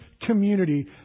community